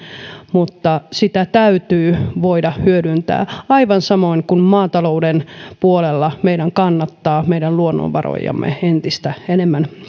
mutta sitä täytyy voida hyödyntää aivan samoin kuin maatalouden puolella meidän kannattaa meidän luonnonvarojamme entistä enemmän